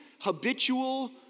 habitual